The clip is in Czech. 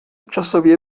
časově